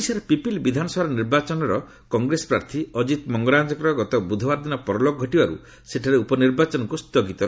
ଓଡ଼ିଶାର ପିପିଲି ବିଧାନସଭାର ନିର୍ବାଚନର କଂଗ୍ରେସ ପ୍ରାର୍ଥୀ ଅଜିତ ମଙ୍ଗରାଜଙ୍କର ଗତ ବୁଧବାର ଦିନ ପରଲୋକ ଘଟିବାରୁ ସେଠାରେ ଉପନିର୍ବାଚନକୁ ସ୍ଥଗିତ ରଖାଯାଇଛି